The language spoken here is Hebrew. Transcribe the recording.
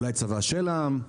אולי צבא של העם,